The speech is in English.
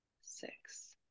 six